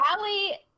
Allie